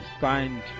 signed